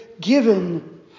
given